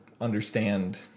understand